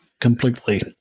completely